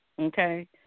Okay